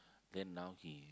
then now he